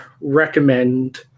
recommend